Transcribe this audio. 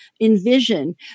envision